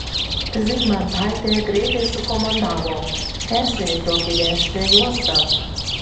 zygmantaitė greitai sukomandavo persirikiuok į dešinę juostą